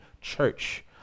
church